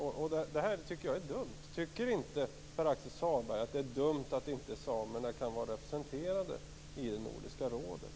Det här tycker jag är dumt. Tycker inte Pär-Axel Sahlberg att det är dumt att inte samerna kan vara representerade i Nordiska rådet?